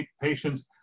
patients